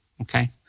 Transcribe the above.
okay